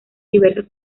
diversas